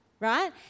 right